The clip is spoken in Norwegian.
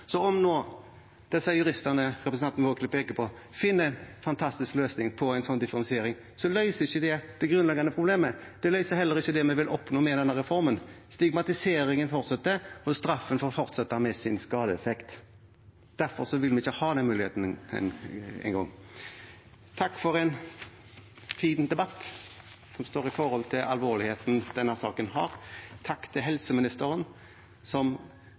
Så om nå disse juristene representanten Vågslid peker på, finner en fantastisk løsning på en sånn differensiering, løser ikke det det grunnleggende problemet. Det løser heller ikke det vi vil oppnå med denne reformen. Stigmatiseringen fortsetter, og straffen får fortsette med sin skadeeffekt. Derfor vil vi ikke ha den muligheten engang. Takk for en fin debatt, som står i forhold til alvorligheten denne saken har. Takk til helseministeren, som